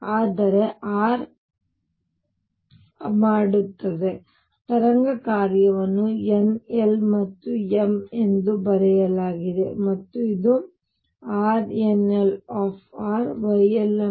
ಆದರೆ r ಮಾಡುತ್ತದೆ ಆದ್ದರಿಂದ ತರಂಗ ಕಾರ್ಯವನ್ನು n l ಮತ್ತು m ಎಂದು ಬರೆಯಲಾಗಿದೆ ಮತ್ತು ಇದು RnlrYlmθϕ